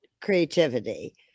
creativity